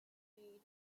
made